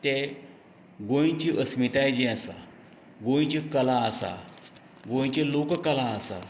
ते गोंयची अस्मिताय जी आसा गोंयची कला आसा गोयंची लोककला आसा